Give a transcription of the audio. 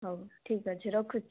ହଉ ଠିକ୍ ଅଛି ରଖୁଛି